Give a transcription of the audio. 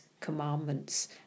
commandments